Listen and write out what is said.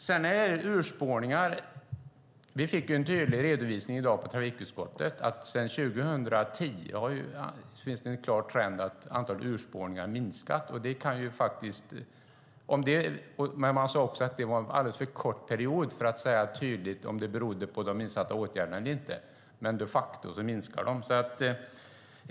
På trafikutskottet fick vi i dag en tydlig redovisning av urspårningar. Sedan 2010 är trenden att antalet urspårningar minskar. Man sade att det var en för kort period för att säga om det berodde på de insatta åtgärderna eller inte, men de facto minskar de.